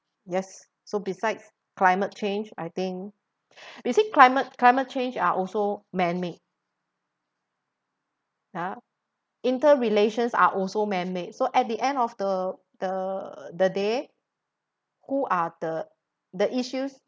yes so besides climate change I think you see climate climate change are also man made uh inter relations are also man made so at the end of the the the day who are the the issues